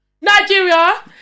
Nigeria